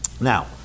Now